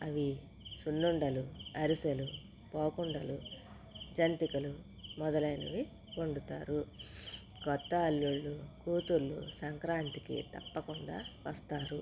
అవి సున్నుండలు అరిసెలు బాగుండలు జంతికలు మొదలైనవి వండుతారు కొత్త అల్లుళ్లు కూతుర్లు సంక్రాంతికి తప్పకుండా వస్తారు